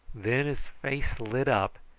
then his face lit up,